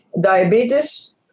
Diabetes